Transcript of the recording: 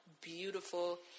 beautiful